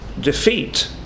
defeat